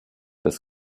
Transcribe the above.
des